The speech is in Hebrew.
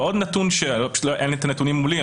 ועוד נתון אין לי את הנתונים מולי,